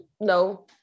No